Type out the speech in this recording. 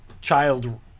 child